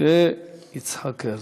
ויצחק הרצוג.